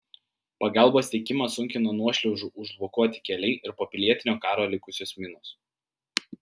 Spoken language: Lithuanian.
pagalbos tiekimą sunkina nuošliaužų užblokuoti keliai ir po pilietinio karo likusios minos